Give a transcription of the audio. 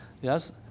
Yes